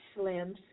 Slim's